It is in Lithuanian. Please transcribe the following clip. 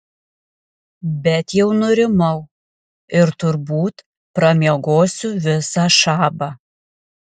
bet jau nurimau ir turbūt pramiegosiu visą šabą